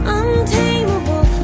untamable